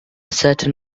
certain